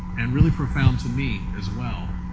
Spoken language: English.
and really profound to me as well.